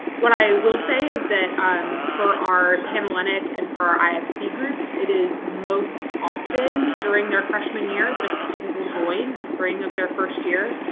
what i will say is that um for our panhellenic and for our ifc groups, it is most often during their freshman year that a student will join the spring of their first year.